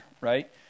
right